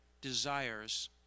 desires